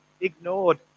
ignored